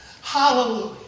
Hallelujah